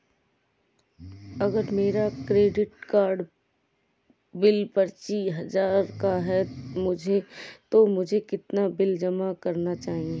अगर मेरा credit card bill पच्चीस हजार का है तो मुझे कितना बिल जमा करना चाहिए?